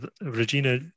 Regina